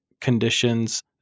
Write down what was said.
conditions